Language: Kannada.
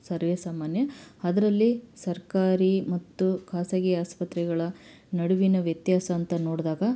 ಸರ್ವೇ ಸಾಮಾನ್ಯ ಅದರಲ್ಲಿ ಸರ್ಕಾರಿ ಮತ್ತು ಖಾಸಗಿ ಆಸ್ಪತ್ರೆಗಳ ನಡುವಿನ ವ್ಯತ್ಯಾಸ ಅಂತ ನೋಡಿದಾಗ